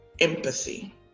Empathy